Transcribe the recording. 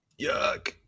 Yuck